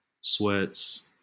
sweats